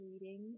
reading